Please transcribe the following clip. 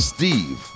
Steve